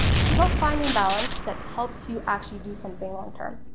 it's about finding balance that helps you actually do something long-term.